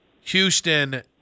Houston